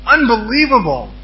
Unbelievable